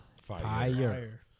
fire